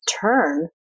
turn